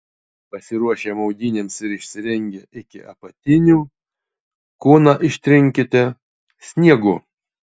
pasiruošę maudynėms ir išsirengę iki apatinių kūną ištrinkite sniegu